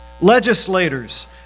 legislators